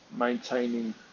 maintaining